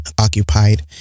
occupied